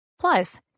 Plus